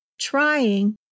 trying